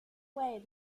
way